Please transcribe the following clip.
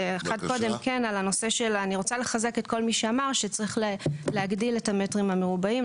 אני רוצה לחזק את כל מי שאמר שצריך להגדיל את המטרים המרובעים,